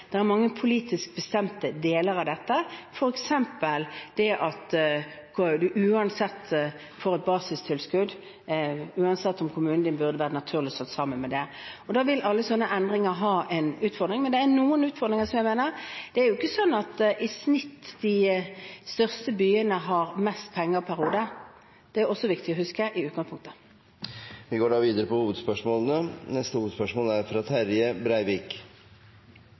er mange politisk bestemte deler av dette, f.eks. at man får et basistilskudd uansett om kommunene naturlig burde vært slått sammen, og da vil alle sånne endringer være en utfordring – dette er noen utfordringer som jeg mener ligger der. Det er jo ikke sånn at de i snitt største byene har mest penger per hode, det er det også viktig å huske i utgangspunktet. Vi går videre til neste hovedspørsmål. Flyktningkrisa er